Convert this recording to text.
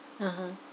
(uh huh)